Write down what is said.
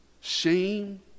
shame